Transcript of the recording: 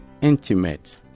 intimate